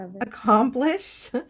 accomplished